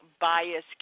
bias